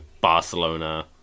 Barcelona